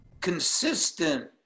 consistent